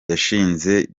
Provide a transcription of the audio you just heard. yashinze